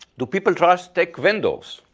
do people trust tech vendors?